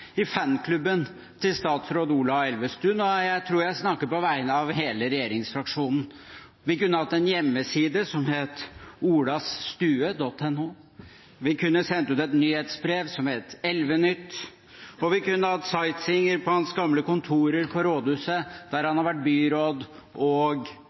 i fanklubben til statsråd Ola Elvestuen, og jeg tror jeg snakker på vegne av hele regjeringsfraksjonen. Vi kunne hatt en hjemmeside som het olasstue.no, vi kunne sendt ut et nyhetsbrev som het Elve-nytt, og vi kunne hatt sightseeinger på hans gamle kontorer på rådhuset, der han har vært byråd og